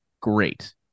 Great